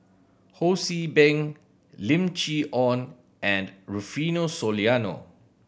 Ho See Beng Lim Chee Onn and Rufino Soliano